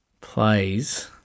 plays